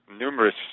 numerous